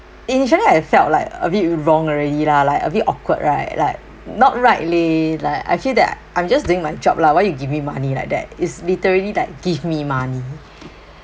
initially I felt like a bit wrong already lah like a bit awkward right like not rightly like I feel that I'm just doing my job lah why you give me money like that is literally like give me money